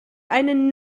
eine